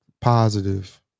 positive